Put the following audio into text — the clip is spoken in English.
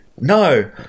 No